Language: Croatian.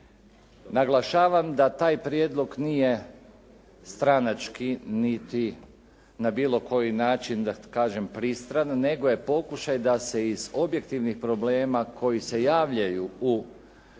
Naglašavam da taj prijedlog nije stranački niti na bilo koji način da kažem pristran nego je pokušaj da se iz objektivnih problema koji se javljaju u